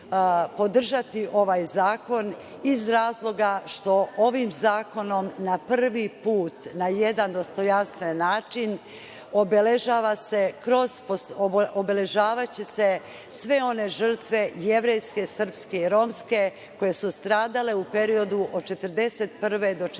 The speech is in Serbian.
podržati ovaj zakon iz razloga što ovim zakonom prvi put na jedan dostojanstven način obeležavaće se sve one žrtve, jevrejske, srpske i romske koje su stradale u periodu od 1941. do 1945.